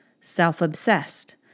self-obsessed